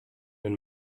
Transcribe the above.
den